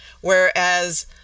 whereas